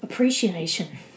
Appreciation